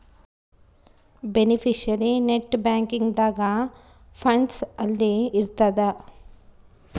beneficiary net banking ದಾಗ funds ಅಲ್ಲಿ ಇರ್ತದ